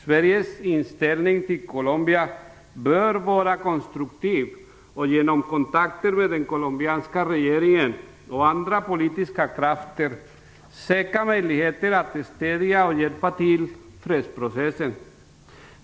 Sveriges inställning till Colombia bör vara konstruktiv, och genom kontakter med den colombianska regeringen och andra politiska krafter bör vi söka möjligheter att stödja och hjälpa till i fredsprocessen.